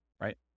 right